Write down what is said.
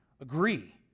agree